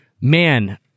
Man